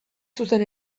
zuzen